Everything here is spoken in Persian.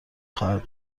خواهد